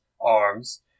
arms